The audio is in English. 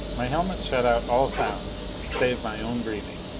my helmet shut out all sounds save my own breathing,